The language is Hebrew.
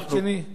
מצד שני,